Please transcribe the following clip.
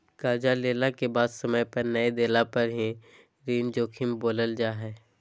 कर्जा लेला के बाद समय पर नय देला पर ही ऋण जोखिम बोलल जा हइ